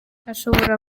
ashobora